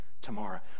tomorrow